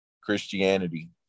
Christianity